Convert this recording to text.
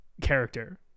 character